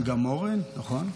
גם אורן, נכון.